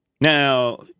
Now